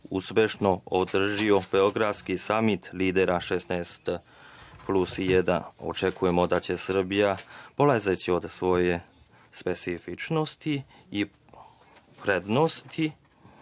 uspešno je održala Beogradski samit lidera „16+1“. Očekujemo da će Srbija polazeći od svoje specifičnosti i prednosti,